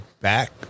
back